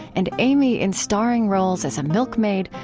and aimee in starring roles as a milkmaid,